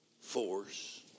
force